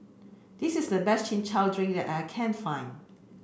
this is the best Chin Chow Drink that I can find